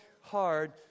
hard